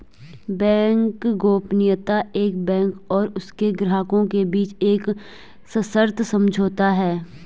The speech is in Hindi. बैंक गोपनीयता एक बैंक और उसके ग्राहकों के बीच एक सशर्त समझौता है